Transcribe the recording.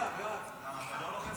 לוועדת